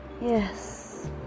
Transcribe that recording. yes